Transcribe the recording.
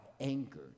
anger